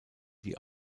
die